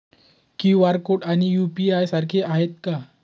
QR code आणि UPI सारखे आहेत का?